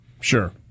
Sure